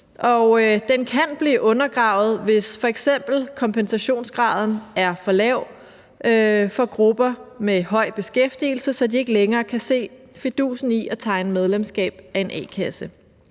den kan blive undergravet, hvis f.eks. kompensationsgraden er for lav for grupper med høj beskæftigelse, så de ikke længere kan se fidusen i at tegne medlemskab af en a-kasse.